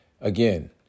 again